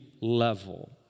level